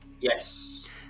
Yes